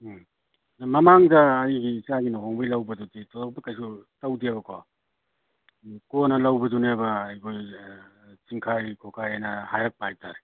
ꯎꯝ ꯃꯃꯥꯡꯗ ꯑꯩꯒꯤ ꯏꯆꯥꯒꯤ ꯂꯨꯍꯣꯡꯕꯩ ꯂꯧꯕꯗꯨꯗꯤ ꯊꯣꯏꯗꯣꯛꯄ ꯀꯩꯁꯨ ꯇꯧꯗꯦꯕꯀꯣ ꯀꯣꯟꯅ ꯂꯧꯕꯗꯨꯅꯦꯕ ꯑꯩꯈꯣꯏ ꯑꯦ ꯆꯤꯡꯈꯥꯏ ꯈꯣꯀꯥꯏ ꯍꯥꯏꯅ ꯍꯥꯏꯔꯛꯄ ꯍꯥꯏꯇꯥꯔꯦ